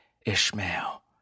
Ishmael